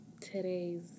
today's